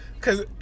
Cause